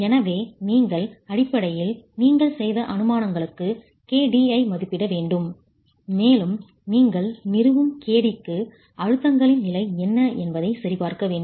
எனவே நீங்கள் அடிப்படையில் நீங்கள் செய்த அனுமானங்களுக்கு kd ஐ மதிப்பிட வேண்டும் மேலும் நீங்கள் நிறுவும் kd க்கு அழுத்தங்களின் நிலை என்ன என்பதைச் சரிபார்க்க வேண்டும்